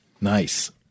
Nice